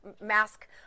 mask